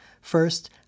First